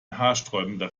haarsträubender